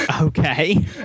Okay